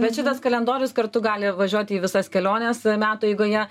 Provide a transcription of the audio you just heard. bet šitas kalendorius kartu gali važiuoti į visas keliones metų eigoje